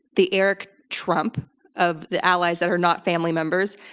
the eric trump of the allies that are not family members,